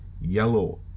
yellow